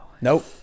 Nope